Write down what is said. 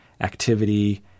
activity